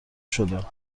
شده